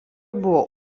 buvo